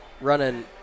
running –